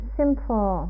simple